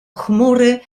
chmury